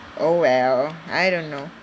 oh well I don't know